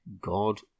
God